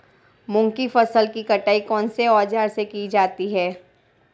मूंग की फसल की कटाई कौनसे औज़ार से की जाती है?